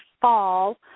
fall